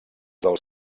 dels